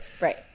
right